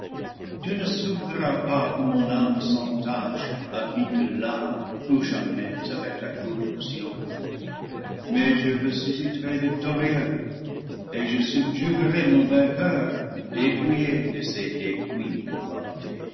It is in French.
tu ne souffriras pas que mon âme sans tache habite là pour jamais avec la corruption mais je res susciterai victorieux et je subjuguerai mon vainqueur dé pouillé de ses dépouilles